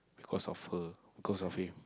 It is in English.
because of her because of him